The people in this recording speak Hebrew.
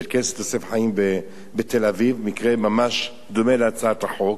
בבית-כנסת "יוסף חיים" בתל-אביב היה מקרה ממש דומה לנושא הצעת החוק.